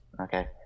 okay